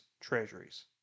treasuries